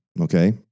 Okay